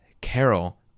carol